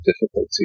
difficulty